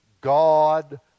God